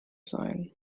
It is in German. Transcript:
sein